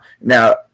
now